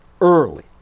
early